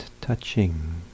touching